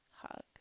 hug